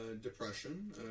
depression